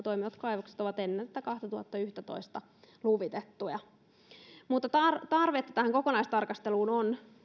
toimivat kaivokset ovat ennen vuotta kaksituhattayksitoista luvitettuja tarvetta tähän kokonaistarkasteluun on